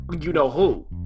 you-know-who